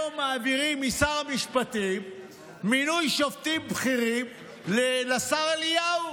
היום מעבירים מינוי שופטים בכירים משר המשפטים לשר אליהו.